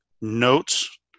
notes